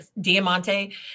Diamante